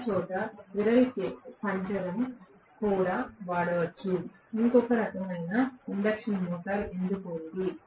ప్రతిచోటా స్క్విరెల్ పంజరం కూడా వాడవచ్చు ఇంకొక రకమైన ఇండక్షన్ మోటారు ఎందుకు ఉంది